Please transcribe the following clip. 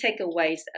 takeaways